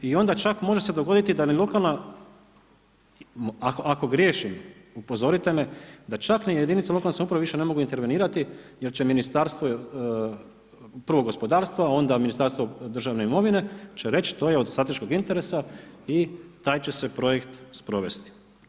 I onda čak može se dogoditi da ni lokalna, ako griješim, upozorite me, da čak ni jedinice lokalne samouprave više ne mogu intervenirati jer će Ministarstvo prvo gospodarstva a onda Ministarstvo državne imovine će reći to je od strateškog interesa i taj će se projekt sprovesti.